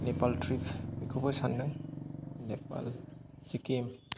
नेपाल त्रिपखौबो सानदों नेपाल सिक्किम